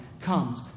comes